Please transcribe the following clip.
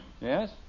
Yes